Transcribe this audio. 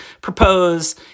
propose